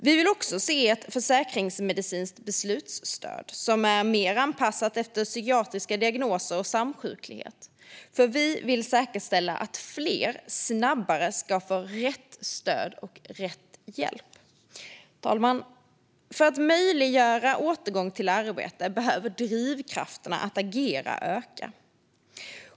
Vi vill också se ett försäkringsmedicinskt beslutsstöd som är mer anpassat efter psykiatriska diagnoser och samsjuklighet, för vi vill säkerställa att fler snabbare ska få rätt stöd och rätt hjälp. Fru talman! För att möjliggöra återgång i arbete behöver drivkrafterna att agera öka.